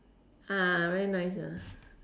very nice